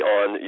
on